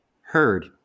heard